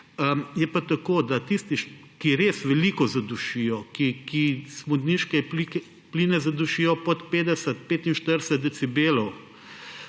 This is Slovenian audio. Je pa tako, da tisti, ki res veliko zadušijo, ki smodniške pline zadušijo pod 50, 45 decibelov,